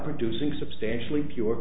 producing substantially pure